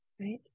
right